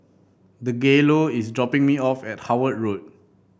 Dangelo is dropping me off at Howard Road